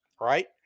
right